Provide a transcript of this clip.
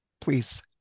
Please